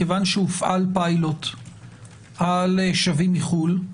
מכיוון שהופעל פיילוט על שבים מחו"ל,